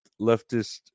leftist